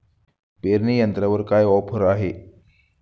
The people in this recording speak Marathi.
पेरणी यंत्रावर काय ऑफर आहे?